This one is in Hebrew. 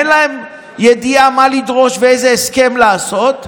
אין להם ידיעה מה לדרוש ואיזה הסכם לעשות.